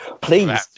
Please